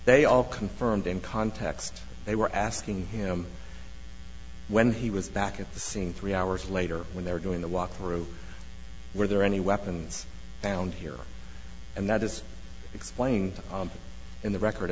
they all confirmed in context they were asking him when he was back at the scene three hours later when they were going to walk through were there any weapons found here and that is explained in the record